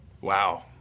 Wow